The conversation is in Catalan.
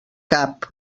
cap